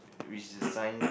which is a sign